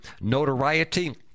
notoriety